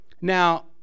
Now